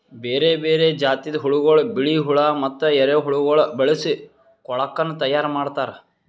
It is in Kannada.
ಬೇರೆ ಬೇರೆ ಜಾತಿದ್ ಹುಳಗೊಳ್, ಬಿಳಿ ಹುಳ ಮತ್ತ ಎರೆಹುಳಗೊಳ್ ಬಳಸಿ ಕೊಳುಕನ್ನ ತೈಯಾರ್ ಮಾಡ್ತಾರ್